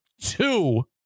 two